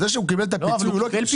הוא קיבל פיצוי.